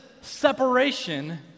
separation